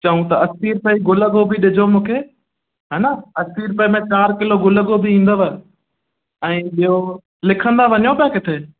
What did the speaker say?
चऊं त असी रुपए जी गुल गोभी ॾिजो मूंखे हा न असी रुपए में चार किलो गुल गोभी ईंदव ऐं ॿियो लिखंदा वञो पिया किथे